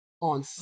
on